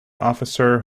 officer